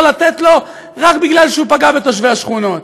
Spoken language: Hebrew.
לתת לו רק כי הוא פגע בתושבי השכונות.